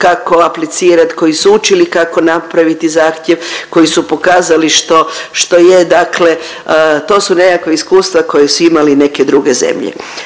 kako aplicirati, koji su učili kako napraviti zahtjev, koji su pokazali što, što je. Dakle, to su nekakva iskustva koje su imale neke druge zemlje.